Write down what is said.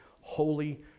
holy